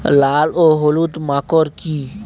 লাল ও হলুদ মাকর কী?